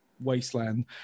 wasteland